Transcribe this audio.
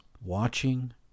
watching